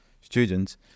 students